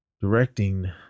directing